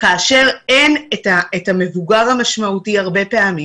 כאשר אין את המבוגר המשמעותי הרבה פעמים.